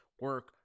Work